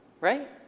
right